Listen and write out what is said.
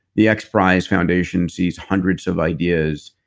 the xprize foundation sees hundreds of ideas,